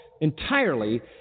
entirely